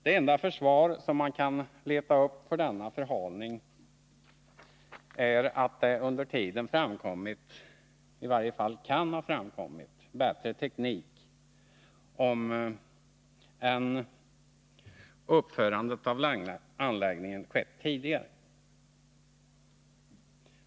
Det enda försvar som man kan leta upp för denna förhalning är att det under tiden framkommit — eller i varje fall kan ha framkommit — bättre teknik än om uppförandet av anläggningen skett tidigare.